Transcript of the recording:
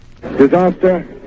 Disaster